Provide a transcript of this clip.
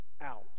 out